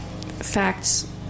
facts